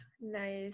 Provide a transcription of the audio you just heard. nice